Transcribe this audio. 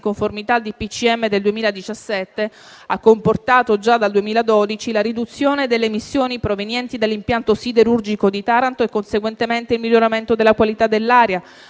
dei ministri del 2017, ha comportato già dal 2012 la riduzione delle emissioni provenienti dall'impianto siderurgico di Taranto e, conseguentemente, il miglioramento della qualità dell'aria,